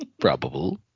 Probable